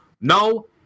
No